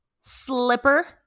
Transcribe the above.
slipper